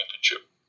championship